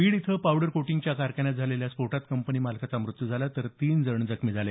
बीड इथं पावडर कोटिंगच्या कारखान्यात झालेल्या स्फोटात कंपनी मालकाचा मृत्यू झाला तर तीन जण जखमी झाले